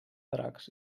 dracs